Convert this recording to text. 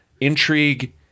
Intrigue